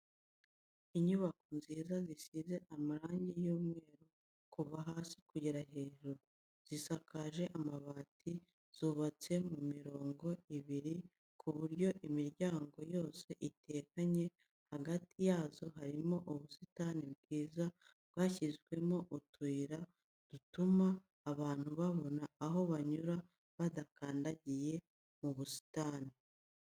Inyubako nziza zisize amarangi y'umweru kuva hasi kugera hejuru, zisakaje amabati, zubatse mu mirongo ibiri ku buryo imiryango yazo iteganye, hagati yazo harimo ubusitani bwiza bwashyizwemo utuyira dutuma abantu babona aho banyura badakandagiye mu busitani.